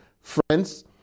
Friends